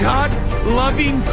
God-loving